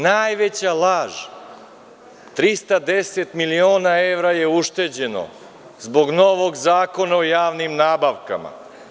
Najveća laž, 310.000.000 evra je ušteđeno zbog novog Zakona o javnim nabavkama.